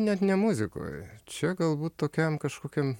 net ne muzikoj čia galbūt tokiam kažkokiam